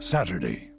Saturday